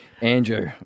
Andrew